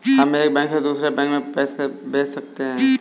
हम एक बैंक से दूसरे बैंक में पैसे कैसे भेज सकते हैं?